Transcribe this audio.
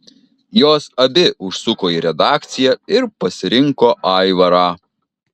jos abi užsuko į redakciją ir pasirinko aivarą